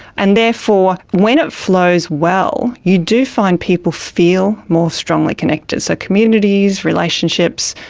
and therefore when it flows well, you do find people feel more strongly connected. so communities, relationships,